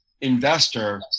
investor